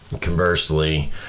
Conversely